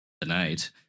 tonight